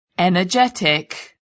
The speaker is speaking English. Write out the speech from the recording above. energetic